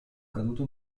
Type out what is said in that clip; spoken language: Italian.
caduto